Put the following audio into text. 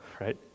right